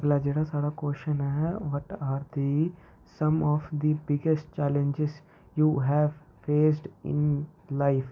अगला जेह्ड़ा साढ़ा क्वेशन ऐ what are the some of the biggest challenges you have faced in life